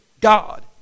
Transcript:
God